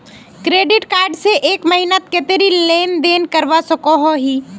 Credit card से एक महीनात कतेरी लेन देन करवा सकोहो ही?